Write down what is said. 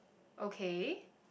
okay